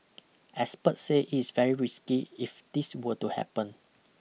experts say it is very risky if this were to happen